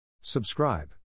Subscribe